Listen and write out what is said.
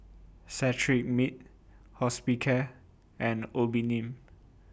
Cetrimide Hospicare and Obimin